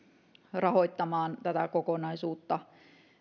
rahoittamaan tätä kokonaisuutta